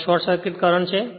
તો આ short circuit current છે